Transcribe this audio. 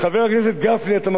אתה יכול לדבר אתו כל השנה.